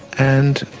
and